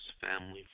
family